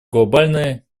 глобальное